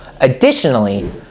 Additionally